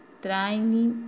training